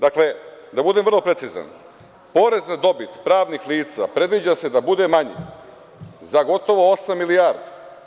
Dakle, da budem vrlo precizan, porez na dobit pravnih lica predviđa se da bude manji za gotovo osam milijardi.